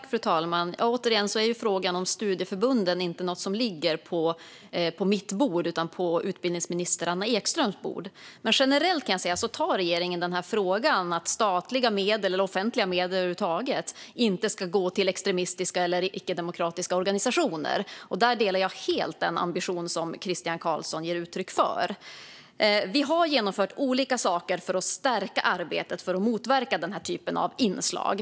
Fru talman! Återigen - frågan om studieförbunden ligger inte på mitt bord utan på utbildningsminister Anna Ekströms bord. Men generellt kan jag säga att jag och regeringen när det gäller denna fråga - att statliga medel, eller offentliga medel över huvud taget, inte ska gå till extremistiska eller icke-demokratiska organisationer - helt delar den ambition som Christian Carlsson ger uttryck för. Vi har genomfört olika saker för att stärka arbetet för att motverka denna typ av inslag.